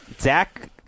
Zach